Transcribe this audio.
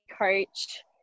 coach